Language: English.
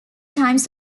times